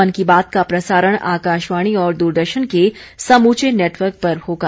मन की बात का प्रसारण आकाशवाणी और दूरदर्शन के समूचे नटवर्क पर होगा